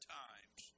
times